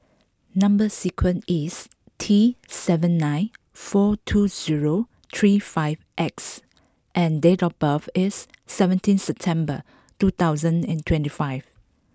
number sequence is T seven nine four two zero three five X and date of birth is seventeen September two thousand and twenty five